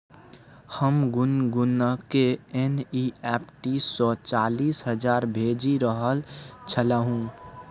हम गुनगुनकेँ एन.ई.एफ.टी सँ चालीस हजार भेजि रहल छलहुँ